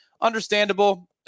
Understandable